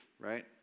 right